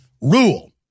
rule